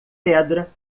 pedra